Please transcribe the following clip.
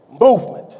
Movement